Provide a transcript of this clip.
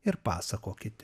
ir pasakokite